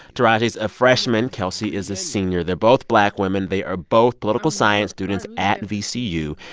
tarazha's a freshman. kelsie is a senior. they're both black women. they are both political science students at vcu.